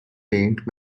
paint